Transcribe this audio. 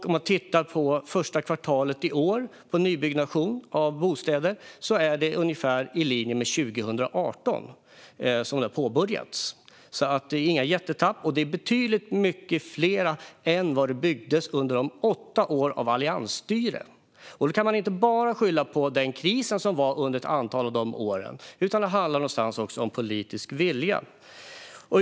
Om man tittar på nybyggnationen av bostäder under första kvartalet i år kan man se att den ligger ungefär i linje med 2018. Det är alltså inga jättetapp, och det är betydligt fler än vad som byggdes under de åtta åren med alliansstyre. Man kan inte bara skylla på den kris som var under ett antal av de åren, utan det handlar också om politisk vilja.